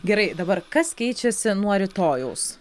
gerai dabar kas keičiasi nuo rytojaus